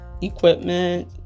equipment